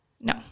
no